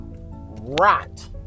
rot